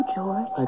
George